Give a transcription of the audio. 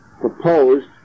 proposed